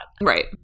right